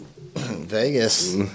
Vegas